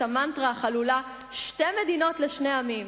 המנטרה החלולה "שתי מדינות לשני העמים".